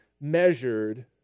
measured